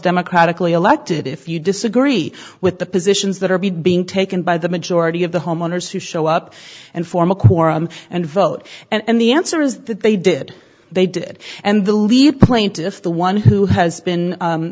democratically elected if you disagree with the positions that are being taken by the majority of the homeowners who show up and form a quorum and vote and the answer is that they did they did and the lead plaintiff the one who has been